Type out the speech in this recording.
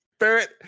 Barrett